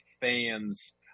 fans